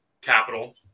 capital